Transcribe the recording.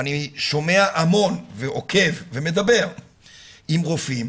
ואני שומע המון ועוקב ומדבר עם רופאים